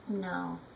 No